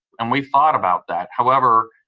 and we thought about that. however,